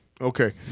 Okay